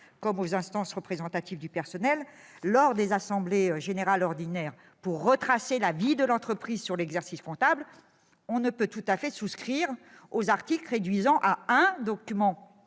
comme aux instances représentatives du personnel lors des assemblées générales ordinaires pour retracer la vie de l'entreprise sur l'exercice comptable, on ne peut en revanche pas tout à fait souscrire aux articles qui réduisent